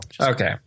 Okay